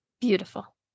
Beautiful